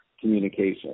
communication